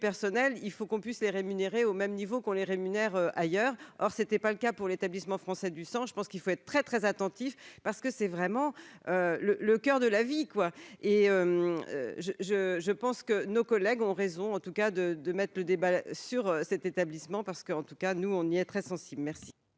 il faut qu'on puisse les rémunéré au même niveau qu'on les rémunère ailleurs alors c'était pas le cas pour l'établissement français du sang, je pense qu'il faut être très très attentif parce que c'est vraiment le le coeur de la vie quoi et je, je, je pense que nos collègues ont raison en tout cas de de Maistre le débat sur cet établissement parce qu'en tout cas nous on y est très sensible, merci.